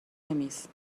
میز